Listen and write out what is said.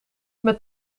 met